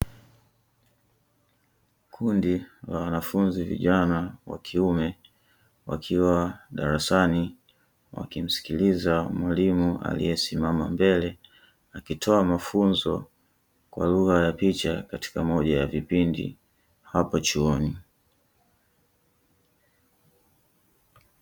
kundi la wanafunzi vijana wa kiume, wakiwa darasani wakimsikiliza mwalimu aliyesimama mbele akitoa mafunzo kwa lugha ya picha katika moja ya vipindi hapo chuoni.